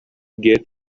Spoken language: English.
get